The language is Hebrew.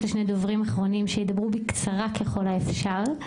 לשני דוברים אחרונים שידברו בקצרה ככל האפשר.